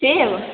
सेव